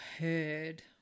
heard